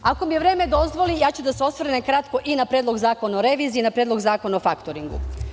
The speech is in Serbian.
Ako mi vreme dozvoli okrenuću se kratko i na Predlog zakona o reviziji, na Predlog zakona o faktoringu.